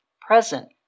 present